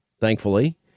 thankfully